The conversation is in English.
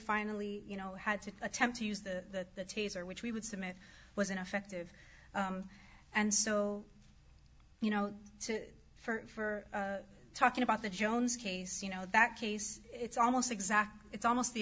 finally you know had to attempt to use the taser which we would submit was ineffective and so you know for talking about the jones case you know that case it's almost exact it's almost the